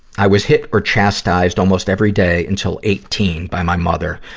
i was hit or chastised almost every day until eighteen by my mother.